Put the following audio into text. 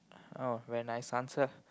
oh very nice answer